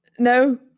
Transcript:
No